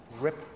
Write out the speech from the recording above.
Rip